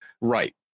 Right